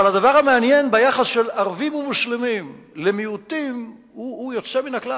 אבל הדבר המעניין ביחס של ערבים ומוסלמים למיעוטים הוא יוצא מן הכלל.